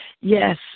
Yes